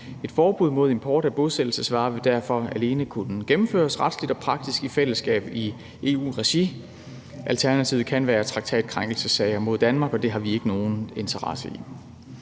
Et forbud mod import af bosættelsesvarer vil derfor alene kunne gennemføres retsligt og praktisk i fællesskab i EU-regi. Alternativet kan være traktatkrænkelsessager imod Danmark, og det har vi ikke nogen interesse i.